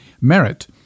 merit